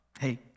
Hey